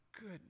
good